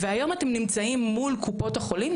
והיום אתם נמצאים מול קופות החולים.